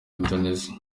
indonesia